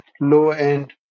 low-end